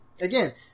again